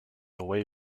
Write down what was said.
away